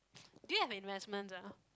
do you have investments ah